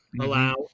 allow